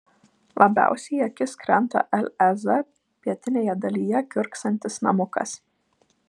labiausiai į akis krenta lez pietinėje dalyje kiurksantis namukas